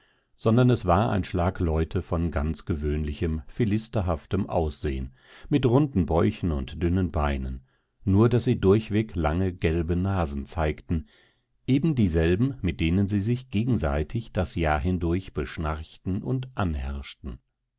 sondern es war ein schlag leute von ganz gewöhnlichem philisterhaftem aussehen mit runden bäuchen und dünnen beinen nur daß sie durchweg lange gelbe nasen zeigten eben dieselben mit denen sie sich gegenseitig das jahr hindurch beschnarchten und anherrschten